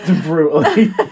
brutally